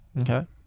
Okay